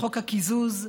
חוק הקיזוז,